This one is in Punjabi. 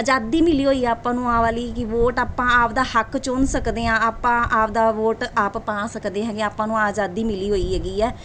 ਆਜ਼ਾਦੀ ਮਿਲੀ ਹੋਈ ਆਪਾਂ ਨੂੰ ਆਹ ਵਾਲੀ ਕਿ ਵੋਟ ਆਪਾਂ ਆਪਦਾ ਹੱਕ ਚੁਣ ਸਕਦੇ ਹਾਂ ਆਪਾਂ ਆਪਦਾ ਵੋਟ ਆਪ ਪਾ ਸਕਦੇ ਹੈਗੇ ਆਪਾਂ ਨੂੰ ਆਜ਼ਾਦੀ ਮਿਲੀ ਹੋਈ ਹੈਗੀ ਆ